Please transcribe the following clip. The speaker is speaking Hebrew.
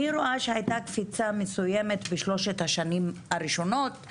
רואה שהייתה קפיצה מסוימת בשלוש השנים הראשונות.